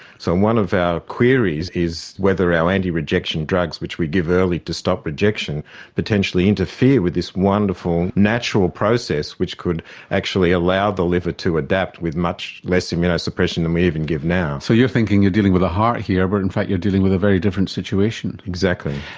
so one of our queries is whether our anti-rejection drugs which we give early to stop rejection potentially interfere with this wonderful natural process which could actually allow the liver to adapt with much less immuno-suppression than we even give now. so you're thinking you're dealing with a heart here but in fact you're dealing with a different situation. exactly.